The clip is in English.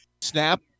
Snap